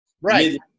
Right